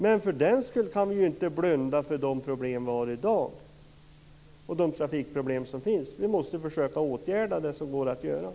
Men för den skull kan vi ju inte blunda för de trafikproblem som vi har i dag. Vi måste försöka åtgärda det som går att åtgärda.